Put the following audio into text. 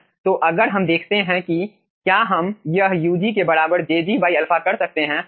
तो अगर हम देखते हैं कि क्या हम यह ug के बराबर jg α कर सकते है